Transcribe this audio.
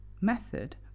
method